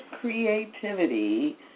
creativity